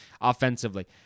offensively